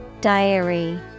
Diary